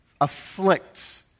afflict